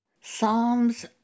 Psalms